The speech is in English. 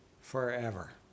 forever